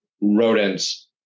rodents